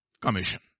commission